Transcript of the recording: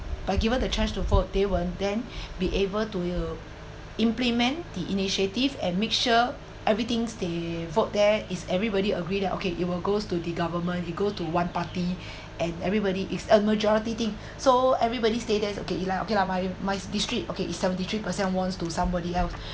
by given the chance to vote they will then be able to err implement the initiative and make sure everything's they vote there is everybody agree that okay it will goes to the government it go to one party and everybody is a majority thing so everybody status okay lah okay lah my my district okay it's seventy three percent wants to somebody else